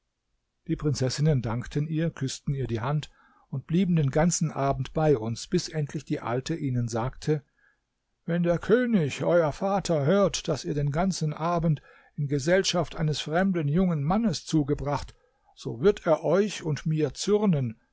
die prinzessinnen dankten ihr küßten ihr die hand und blieben den ganzen abend bei uns bis endlich die alte ihnen sagte wenn der könig euer vater hört daß ihr den ganzen abend in gesellschaft eines fremden jungen mannes zugebracht so wird er euch und mir zürnen